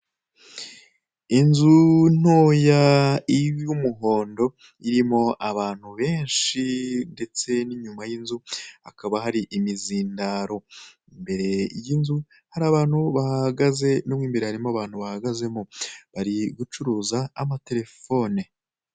Inzu ntoya iriho umuhondo irimo abantu benshi ndetse n'inyuma y'inzu hakaba hari imizindaro. Imbere y'inzu hari abantu bahahagaze, no mo imbere harimo abantu bahagazemo bari gucuruza amatelefone.